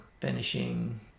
finishing